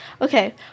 Okay